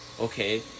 Okay